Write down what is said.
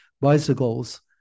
bicycles